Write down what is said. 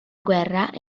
guerra